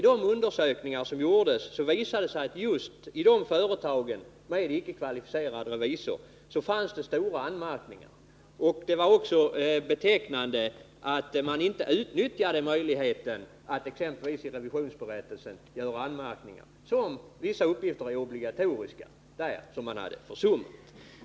Det framgår vidare av undersökningen att just i företag med icke kvalificerad revisor fanns det stor anledning till anmärkningar. Det är också betecknande att man inte utnyttjade möjligheten att göra anmärkning i revisionsberättelsen. Vissa uppgifter som är obligatoriska där hade man försummat.